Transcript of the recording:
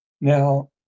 Now